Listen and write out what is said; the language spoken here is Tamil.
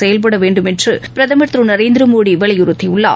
செயல்பட வேண்டும் என்று பிரதமர் திரு நரேந்திரமோடி வலியுறுத்தி உள்ளார்